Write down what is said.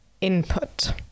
input